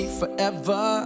forever